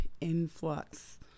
influx